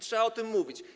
Trzeba o tym mówić.